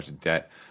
debt